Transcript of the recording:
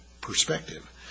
perspective